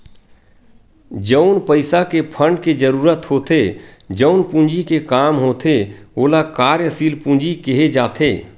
जउन पइसा के फंड के जरुरत होथे जउन पूंजी के काम होथे ओला कार्यसील पूंजी केहे जाथे